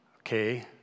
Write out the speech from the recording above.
Okay